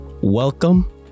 Welcome